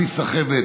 בלי סחבת,